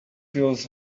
feels